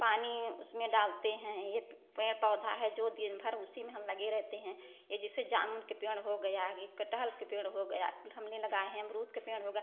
पानी उसमें डालते हैं ये पेड़ पौधा है जो दिन भर उसी में हम लगे रहते हैं ये जैसे जामुन के पेड़ हो गया ये कटहल के पेड़ हो गया कुल हमने लगाए हैं अमरूद के पेड़ हो गया